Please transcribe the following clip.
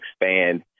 expand